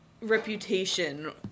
reputation